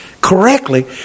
correctly